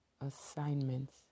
assignments